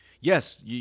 Yes